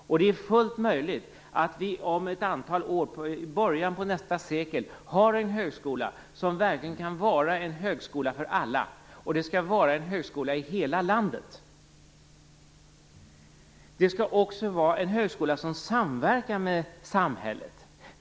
Och det är fullt möjligt att vi om ett antal år, i början av nästa sekel, har en högskola som verkligen kan vara en högskola för alla. Det skall vara en högskola i hela landet. Det skall också vara en högskola som samverkar med samhället.